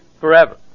forever